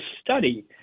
study